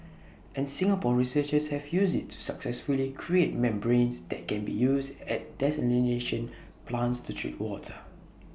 and Singapore researchers have used IT to successfully create membranes that can be used at desalination plants to treat water